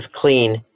clean